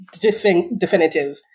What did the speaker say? definitive